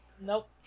Nope